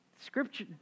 scripture